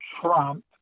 Trump